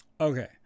Okay